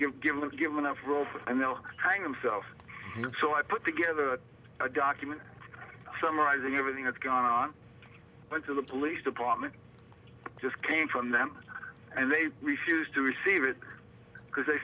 again give give give enough rope and they'll hang themselves so i put together a document summarising everything that's gone on to the police department just came from them and they refused to receive it because they